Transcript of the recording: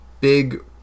big